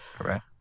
Correct